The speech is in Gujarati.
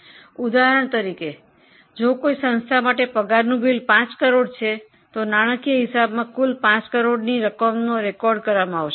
ઉદાહરણ તરીકે જો કોઈ વ્યવસ્થા માટે પગારનું બિલ 5 કરોડ છે તો નાણાકીય હિસાબી પદ્ધતિમાં કુલ 5 કરોડનો રકમની નોંધણી કરવામાં આવશે